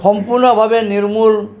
সম্পূৰ্ণভাৱে নিৰ্মূল